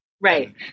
Right